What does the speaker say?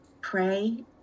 pray